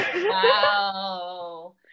Wow